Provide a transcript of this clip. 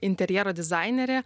interjero dizainerė